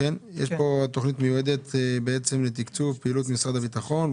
יש פה תוכנית מיועדת בעצם לתקצוב פעילות משרד הביטחון,